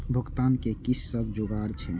भुगतान के कि सब जुगार छे?